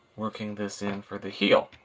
working this in for the heel.